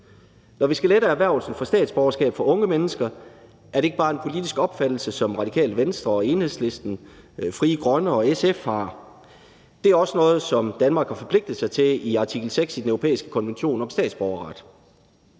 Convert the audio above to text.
Når vi skal lette erhvervelsen af statsborgerskab for unge mennesker, er det ikke bare en politisk opfattelse, som Radikale Venstre, Enhedslisten, Frie Grønne og SF har, men det er også noget, som Danmark har forpligtet sig til i artikel 6 i den europæiske konvention om statsborgerret.